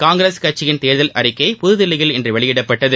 காங்கிரஸ் கட்சியின் தேர்தல் அறிக்கை புதுதில்லியில் இன்று வெளியிடப்பட்டது